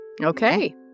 Okay